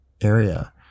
area